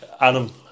Adam